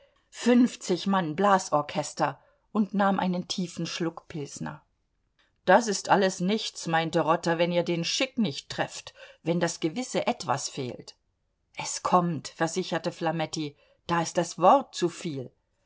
fünfzig mann blasorchester und nahm einen tiefen schluck pilsner das ist alles nichts meinte rotter wenn ihr den schick nicht trefft wenn das gewisse etwas fehlt es kommt versicherte flametti da ist das wort zuviel